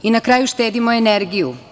I na kraju štedimo energiju.